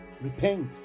Repent